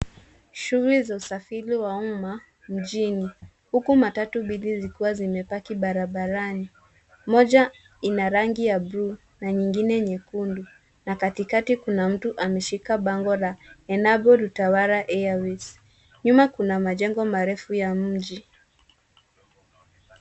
Shughuli za usafiri wa umma nchini, huku matatu mbili zikiwa zimepaki barabarani. Moja ina rangi ya blue , na nyengine nyekundu, na katikati kuna mtu ameshika bango la Enavu Utawala Airways. Nyuma kuna majengo marefu ya mji.